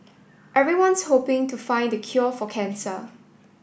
everyone's hoping to find the cure for cancer